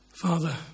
Father